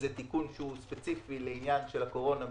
זה תיקון שהוא ספציפי לעניין של הקורונה,